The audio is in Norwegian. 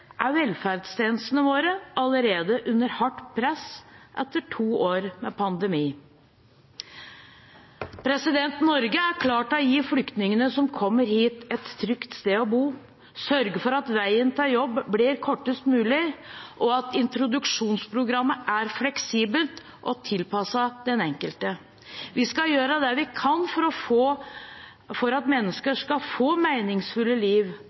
er velferdstjenestene våre allerede under hardt press etter to år med pandemi. Norge er klar til å gi flyktningene som kommer hit, et trygt sted å bo, sørge for at veien til jobb blir kortest mulig, og at introduksjonsprogrammet er fleksibelt og tilpasset den enkelte. Vi skal gjøre det vi kan for at mennesker skal få et meningsfullt liv